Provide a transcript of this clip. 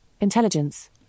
Intelligence